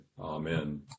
Amen